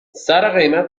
سرقیمت